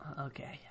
Okay